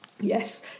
Yes